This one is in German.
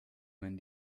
man